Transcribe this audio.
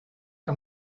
que